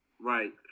Right